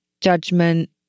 judgment